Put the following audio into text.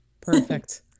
Perfect